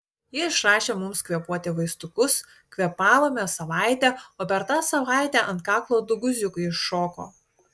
ji išrašė mums kvėpuoti vaistukus kvėpavome savaitę o per tą savaitę ant kaklo du guziukai iššoko